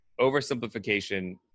Oversimplification